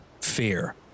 fear